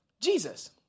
Jesus